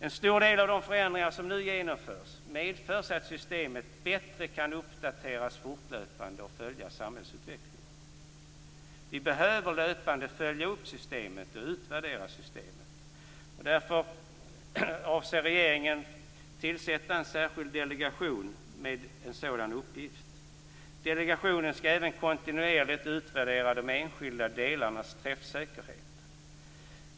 En stor del av de förändringar som nu genomförs medför att systemet bättre kan uppdateras fortlöpande och följa samhällsutvecklingen. Vi behöver löpande följa upp och utvärdera systemet. Därför avser regeringen att tillsätta en särskild delegation med en sådan uppgift. Delegationen skall även kontinuerligt utvärdera de enskilda delarnas träffsäkerhet.